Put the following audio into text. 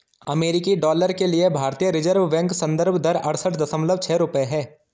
अमेरिकी डॉलर के लिए भारतीय रिज़र्व बैंक संदर्भ दर अड़सठ दशमलव छह रुपये है